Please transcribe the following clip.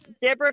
Deborah